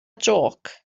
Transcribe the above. jôc